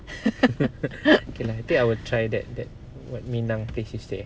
okay lah I think I will try that that what minang place there